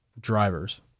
drivers